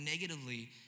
negatively